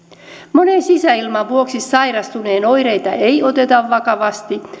monen sisäilman vuoksi sairastuneen oireita ei oteta vakavasti